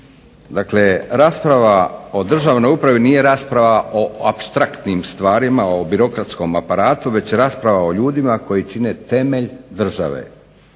Dakle rasprava o državnoj upravi nije rasprava o apstraktnim stvarima, o birokratskom aparatu već je rasprava o ljudima koji čine temelj države.